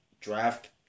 draft